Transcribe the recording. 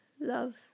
love